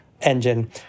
engine